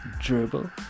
Dribble